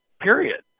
period